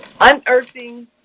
Unearthing